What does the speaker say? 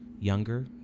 younger